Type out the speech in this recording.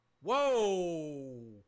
Whoa